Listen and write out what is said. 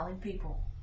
people